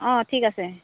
অঁ ঠিক আছে